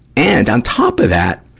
and, on top of that,